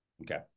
Okay